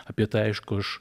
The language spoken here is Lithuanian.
apie tai aišku aš